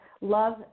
Love